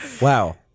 Wow